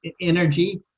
energy